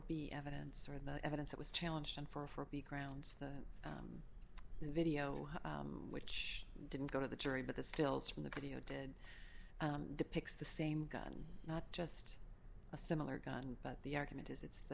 be evidence or the evidence that was challenged and for her be grounds that the video which didn't go to the jury but the stills from the video did depicts the same gun not just a similar gun but the argument is it's the